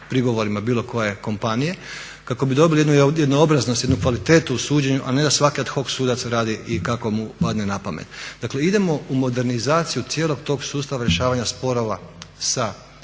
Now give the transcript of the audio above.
prigovorima bilo koje kompanije kako bi dobili jednu jednoobraznost, jednu kvalitetu u suđenju, a ne da svaki ad hoc sudac radi i kako mu padne na pamet. Dakle, idemo u modernizaciju cijelog tog sustava rješavanja sporova sa